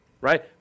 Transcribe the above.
right